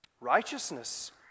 Righteousness